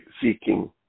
seeking